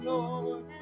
Lord